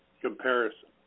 comparison